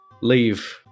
Leave